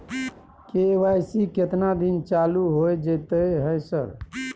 KYC केतना दिन चालू होय जेतै है सर?